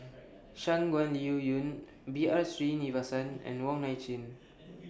Shangguan Liuyun B R Sreenivasan and Wong Nai Chin